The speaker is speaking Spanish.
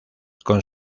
con